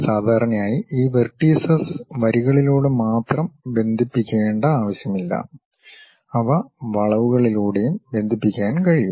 സാധാരണയായി ഈ വെർടീസസ് വരികളിലൂടെ മാത്രം ബന്ധിപ്പിക്കേണ്ട ആവശ്യമില്ല അവ വളവുകളിലൂടെയും ബന്ധിപ്പിക്കാൻ കഴിയും